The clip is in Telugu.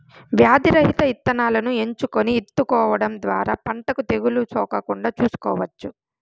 వ్యాధి రహిత ఇత్తనాలను ఎంచుకొని ఇత్తుకోవడం ద్వారా పంటకు తెగులు సోకకుండా చూసుకోవచ్చు